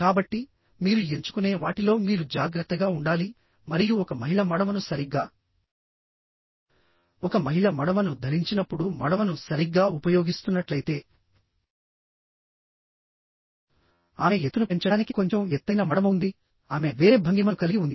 కాబట్టి మీరు ఎంచుకునే వాటిలో మీరు జాగ్రత్తగా ఉండాలి మరియు ఒక మహిళ మడమను సరిగ్గా ఒక మహిళ మడమను ధరించినప్పుడు మడమను సరిగ్గా ఉపయోగిస్తున్నట్లయితే ఆమె ఎత్తును పెంచడానికి కొంచెం ఎత్తైన మడమ ఉంది ఆమె వేరే భంగిమను కలిగి ఉంది